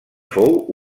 fou